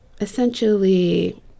Essentially